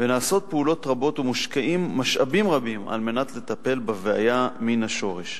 ונעשות פעולות רבות ומושקעים משאבים רבים על מנת לטפל בבעיה מן השורש.